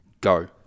go